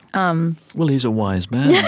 um well, he's a wise man